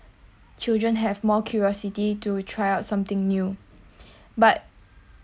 children have more curiosity to try out something new but